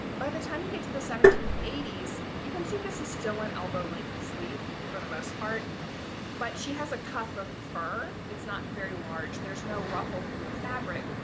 by the time you get to the seventeen eighty s you can see this is still an elbow length sleeve for the most part but she has a cuff of fur. it's not very large, there's no ruffle from the fabric,